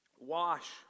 wash